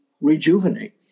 rejuvenate